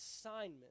assignment